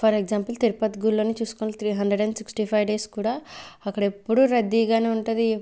for example Tirupati గుళ్ళోనే చూస్కోండి three hundred and sixty five days కూడా అక్కడెప్పుడు రద్దీగానే ఉంటది